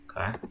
Okay